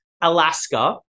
Alaska